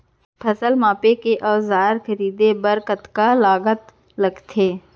फसल मापके के औज़ार खरीदे बर कतका लागत लगथे?